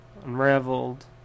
Unraveled